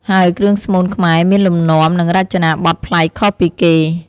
ហើយគ្រឿងស្មូនខ្មែរមានលំនាំ និងរចនាបថប្លែកខុសពីគេ។